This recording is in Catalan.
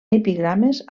epigrames